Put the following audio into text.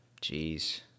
Jeez